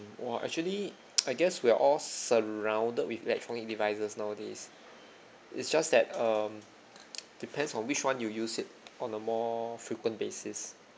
!wah! actually I guess we are all surrounded with electronic devices nowadays it's just that um depends on which one you use it on a more frequent basis